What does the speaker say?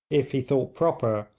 if he thought proper,